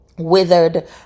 Withered